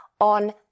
on